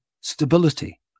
stability